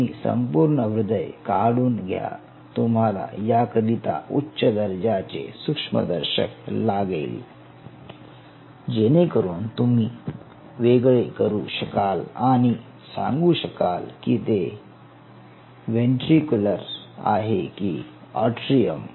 तुम्ही संपूर्ण हृदय काढून घ्या तुम्हाला याकरीता उच्च दर्जाचे सूक्ष्मदर्शक लागेल जेणेकरून तुम्ही वेगळे करू शकाल आणि सांगू शकाल की ते व्हेंट्रिक्युलर आहे किंवा आट्रियम